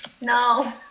No